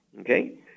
Okay